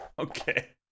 Okay